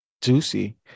juicy